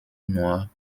nur